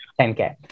10K